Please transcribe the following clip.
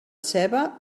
ceba